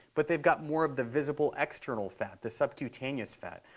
but they've got more of the visible, external fat, the subcutaneous fat.